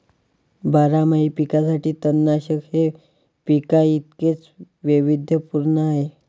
बारमाही पिकांसाठी तणनाशक हे पिकांइतकेच वैविध्यपूर्ण आहे